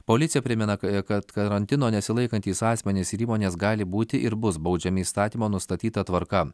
policija primena kad karantino nesilaikantys asmenys ir įmonės gali būti ir bus baudžiami įstatymo nustatyta tvarka